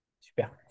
Super